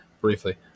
Briefly